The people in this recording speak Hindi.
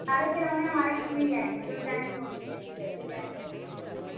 सारे खिलौने हमारे यहां मिल जायेंगे जो चाहेंगे वो मिल जायेंगे जैसे चाहेंगे वैसे मिल जायेंगे